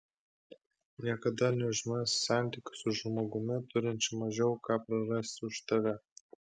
niekada neužmegzk santykių su žmogumi turinčiu mažiau ką prarasti už tave